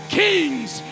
kings